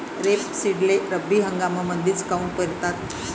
रेपसीडले रब्बी हंगामामंदीच काऊन पेरतात?